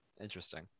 Interesting